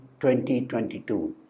2022